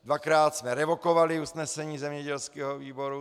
Dvakrát jsme revokovali usnesení zemědělského výboru.